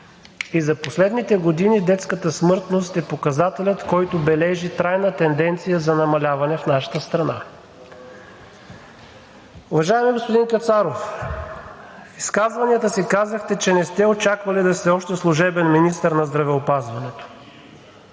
За последните години детската смъртност е показателят, който бележи трайна тенденция за намаляване в нашата страна. Уважаеми господин Кацаров, в изказванията си казахте, че не сте очаквали да сте още служебен министър на здравеопазването.